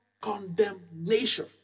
condemnation